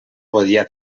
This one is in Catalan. podia